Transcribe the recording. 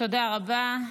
תודה רבה.